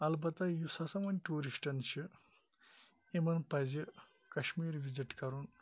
اَلبَتہ یُس ہَسا وۄنۍ ٹورسٹَن چھِ یِمَن پَزِ کَشمیٖر وِزِٹ کَرُن